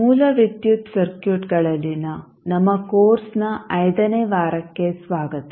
ಮೂಲ ವಿದ್ಯುತ್ ಸರ್ಕ್ಯೂಟ್ಗಳಲ್ಲಿನ ನಮ್ಮ ಕೋರ್ಸ್ನ 5 ನೇ ವಾರಕ್ಕೆ ಸ್ವಾಗತ